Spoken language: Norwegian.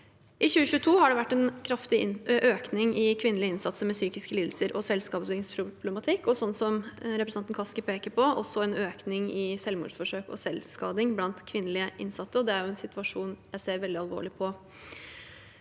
I 2022 var det en kraftig økning i tallet på kvinnelige innsatte med psykiske lidelser og selvskadingsproblematikk og, som representanten Kaski peker på, en økning i selvmordsforsøk og selvskading blant kvinnelige innsatte. Dette er en situasjon jeg ser veldig alvorlig på.